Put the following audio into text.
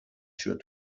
sure